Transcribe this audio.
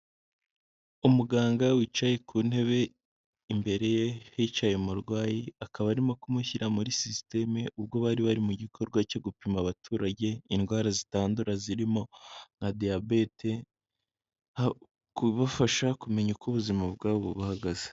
Umuganga wicaye ku ntebe imbere ye hicaye umurwayi, akaba arimo kumushyira muri sisiteme ubwo bari bari mu gikorwa cyo gupima abaturage indwara zitandura zirimo nka diyabete, mu kubafasha kumenya uko ubuzima bwabo buhagaze.